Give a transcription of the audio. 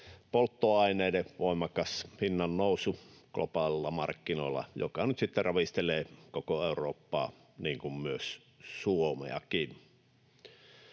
polttoaineiden voimakas hinnannousu globaaleilla markkinoilla, joka nyt sitten ravistelee koko Eurooppaa, niin kuin myös Suomeakin.